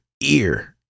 ear